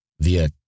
via